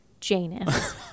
Janus